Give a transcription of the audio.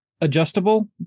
adjustable